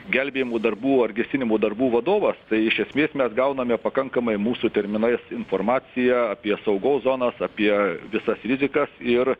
gelbėjimų darbų ar gesinimo darbų vadovas tai iš esmės mes gauname pakankamai mūsų terminais informaciją apie saugos zonas apie visas rizikas ir